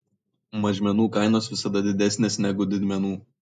mažmenų kainos visada didesnės negu didmenų